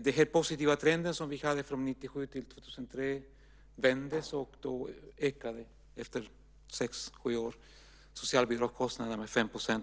Den positiva trend som vi hade från 1997 till 2003 vändes, och efter sex sju år ökade socialbidragskostnaderna med ungefär 5